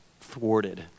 thwarted